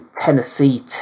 Tennessee